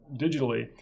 digitally